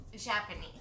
Japanese